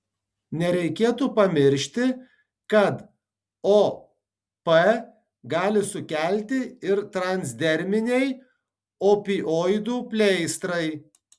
nereikėtų pamiršti kad op gali sukelti ir transderminiai opioidų pleistrai